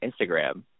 Instagram